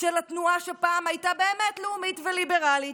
של התנועה שפעם הייתה באמת לאומית וליברלית